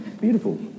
Beautiful